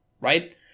right